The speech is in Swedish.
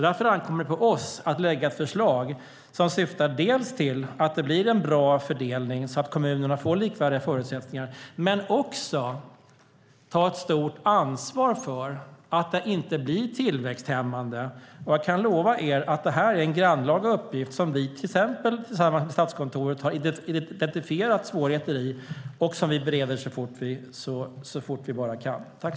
Därför ankommer det på oss dels att lägga fram förslag som gör att det blir en bra fördelning, så att kommunerna får likvärdiga förutsättningar, dels att ta ett stort ansvar för att det inte blir tillväxthämmande. Jag kan lova er att det är en grannlaga uppgift som vi tillsammans med bland annat Statskontoret identifierat svårigheter i, och vi bereder ärendet så fort vi någonsin kan.